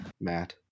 Matt